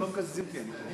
מסתננים לאולם.